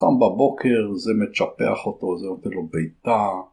קם בבוקר, זה מצ'פח אותו, זה נותן לו בעיטה.